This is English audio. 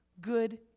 good